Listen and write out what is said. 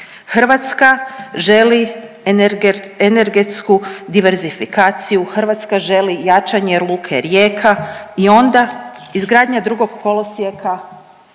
Hrvatska želi energetsku diverzifikaciju, Hrvatska želi jačanje luke Rijeka i onda izgradnja drugog kolosijeka